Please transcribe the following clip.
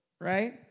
right